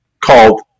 called